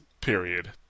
period